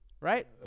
Right